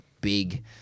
big